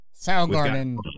Soundgarden